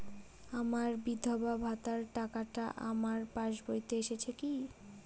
আমার বিধবা ভাতার টাকাটা আমার পাসবইতে এসেছে কি?